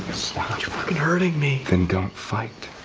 fucking hurting me! then don't fight.